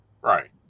Right